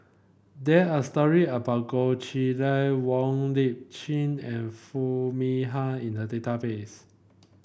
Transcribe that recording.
there are story about Goh Chiew Lye Wong Lip Chin and Foo Mee Har in the database